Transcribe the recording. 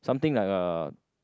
something like a